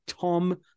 Tom